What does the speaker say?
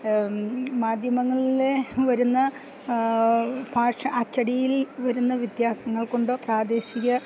മാധ്യമങ്ങളില് വരുന്ന ഭാഷ അച്ചടിയിൽ വരുന്ന വ്യത്യാസങ്ങൾ കൊണ്ടോ പ്രാദേശിക